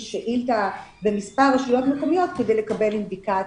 שאילתה במספר רשויות מקומיות כדי לקבל אינדיקציה.